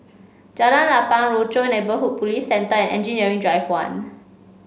Jalan Lapang Rochor Neighborhood Police Centre and Engineering Drive One